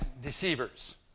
deceivers